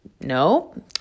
No